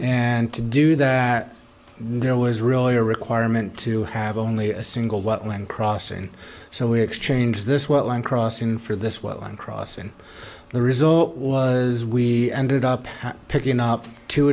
and to do that there was really a requirement to have only a single what land crossing so we exchange this one crossing for this well and cross and the result was we ended up picking up two